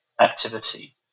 activity